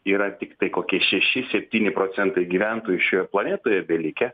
yra tiktai kokie šeši septyni procentai gyventojų šioje planetoje belikę